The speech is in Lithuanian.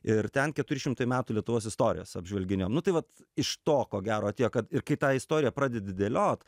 ir ten keturi šimtai metų lietuvos istorijos apžvalginė nu tai vat iš to ko gero tiek kad ir kai tą istoriją pradedi dėliot